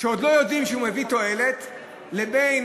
שעוד לא יודעים שהוא מביא תועלת לבין